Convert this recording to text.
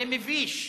זה מביש.